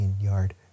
yard